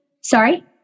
Sorry